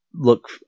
look